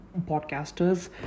podcasters